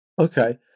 Okay